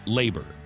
labor